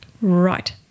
Right